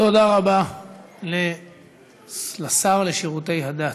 תודה רבה לשר לשירותי הדת.